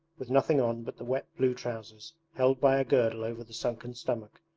with nothing on but the wet blue trousers held by a girdle over the sunken stomach,